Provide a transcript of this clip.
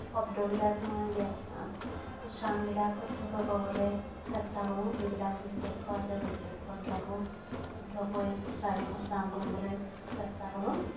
শব্দবিলাক মই ব উচ্চৰণবিলাক শুদ্ধকৈ ক'বলৈ চেষ্টা কৰো যিবিলাক যুক্তাক্ষৰ আছে যুক্তাক্ষৰবিলাকো শুদ্ধকৈ চ্চা উচ্চাৰণ কৰিবলৈ চেষ্টা কৰো